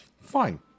Fine